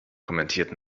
kommentiert